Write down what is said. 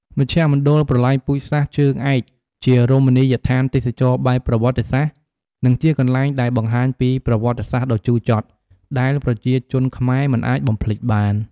មជ្ឈមណ្ឌលប្រល័យពូជសាសន៍ ជើងឯកជារមនីយដ្ឋានទេសចរណ៍បែបប្រវត្តិសាស្ត្រ និងជាកន្លែងដែលបង្ហាញពីប្រវត្តិសាស្ត្រដ៏ជូរចត់ ដែលប្រជាជនខ្មែរមិនអាចបំភ្លេចបាន។